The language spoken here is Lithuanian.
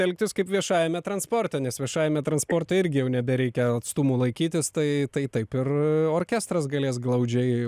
elgtis kaip viešajame transporte nes viešajame transporte irgi jau nebereikia atstumų laikytis tai tai taip ir orkestras galės glaudžiai